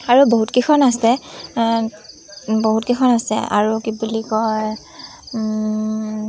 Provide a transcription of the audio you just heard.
আৰু বহুতকেইখন আছে বহুতকেইখন আছে আৰু কি বুলি কয়